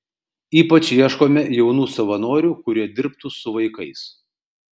ypač ieškome jaunų savanorių kurie dirbtų su vaikais